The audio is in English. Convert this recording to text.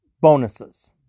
bonuses